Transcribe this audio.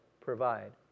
provide